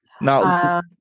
Now